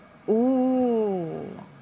ooh